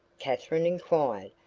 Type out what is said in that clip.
katherine inquired,